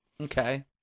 Okay